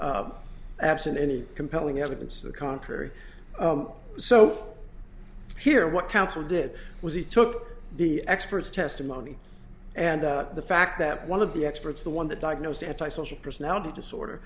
absent any compelling evidence to the contrary so here what counsel did was he took the experts testimony and the fact that one of the experts the one that diagnosed antisocial personality